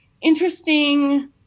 interesting